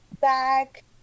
back